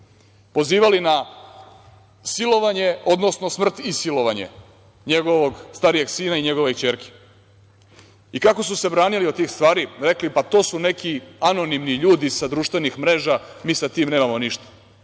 Pozivali na silovanje, odnosno smrt i silovanje njegovog starijeg sina i njegove ćerke. I, kako su se branili od tih stvari? Rekli su – pa, to su neki anonimni ljudi sa društvenih mreža, mi sa tim nemamo ništa.